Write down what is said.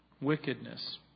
wickedness